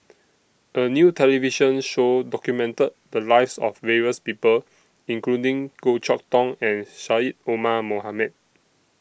A New television Show documented The Lives of various People including Goh Chok Tong and Syed Omar Mohamed